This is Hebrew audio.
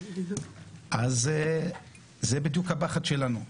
אז זה בדיוק הפחד שלנו,